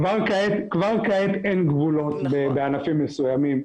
כבר כעת אין גבולות בענפים מסוימים,